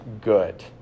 good